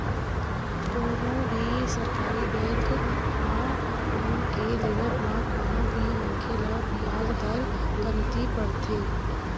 कोनो भी सरकारी बेंक म लोन के लेवब म कोनो भी मनखे ल बियाज दर कमती परथे